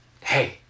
hey